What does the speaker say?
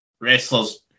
wrestlers